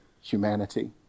humanity